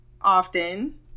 often